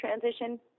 transition